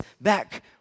back